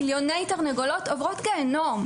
מיליוני תרנגולות עוברות גיהינום.